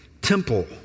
Temple